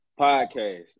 podcast